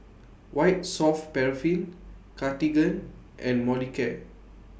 White Soft Paraffin Cartigain and Molicare